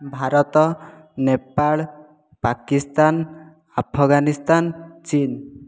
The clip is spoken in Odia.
ଭାରତ ନେପାଳ ପାକିସ୍ତାନ ଆଫଗାନିସ୍ତାନ ଚୀନ